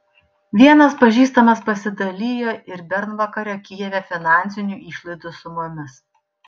vienas pažįstamas pasidalijo ir bernvakario kijeve finansinių išlaidų sumomis